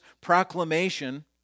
proclamation